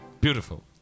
Beautiful